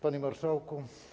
Panie Marszałku!